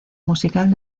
musical